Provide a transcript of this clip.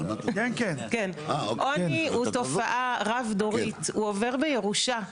הוא עובר בירושה.